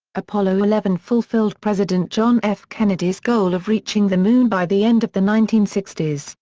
apollo eleven fulfilled president john f. kennedy's goal of reaching the moon by the end of the nineteen sixty s,